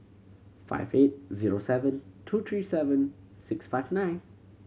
five eight zero seven two three seven six five nine